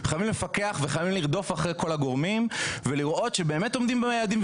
חייבים לפקח וחייבים לרדוף אחרי כל הגורמים ולראות שבאמת עומדים ביעדים,